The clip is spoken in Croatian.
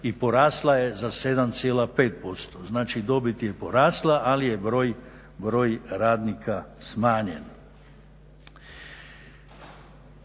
i porasla je za 7,5%. Znači, dobit je porasla ali je broj radnika smanjen.